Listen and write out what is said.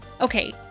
Okay